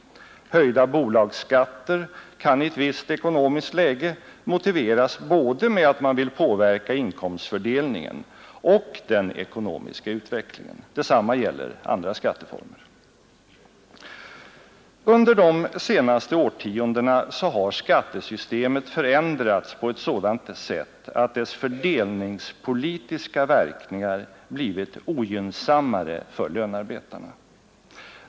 Höjda bolagsskatter kan i ett visst ekonomiskt läge motiveras med att man vill påverka både inkomstfördelningen och den ekonomiska utvecklingen. Detsamma gäller andra skatteformer. Under de senaste årtiondena har skattesystemet förändrats på ett sådant sätt att dess fördelningspolitiska verkningar blivit ogynnsammare för lönarbetarna.